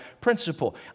principle